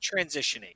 transitioning